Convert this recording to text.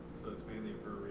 so it's mainly